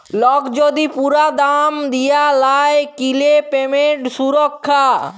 lock যদি পুরা দাম দিয়া লায় কিলে পেমেন্ট সুরক্ষা